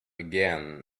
again